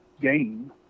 game